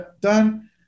done